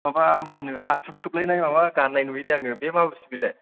माबा मा होनो हान्थु खोबलायनाय माबा गाननाय नुयोदा आङो बे मा बुस्थु बेलाय